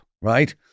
right